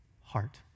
heart